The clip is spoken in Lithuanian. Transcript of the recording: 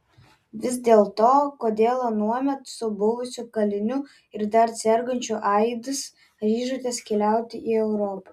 vis dėlto kodėl anuomet su buvusiu kaliniu ir dar sergančiu aids ryžotės keliauti į europą